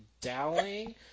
Dowling